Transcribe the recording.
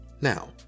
Now